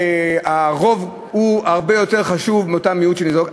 שהרוב הרבה יותר חשוב מאותו מיעוט שניזוק,